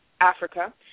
Africa